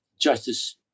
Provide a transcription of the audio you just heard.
justice